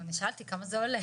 אני שאלתי, כמה זה עולה?